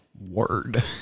word